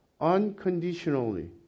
unconditionally